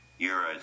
euros